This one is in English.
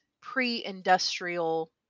pre-industrial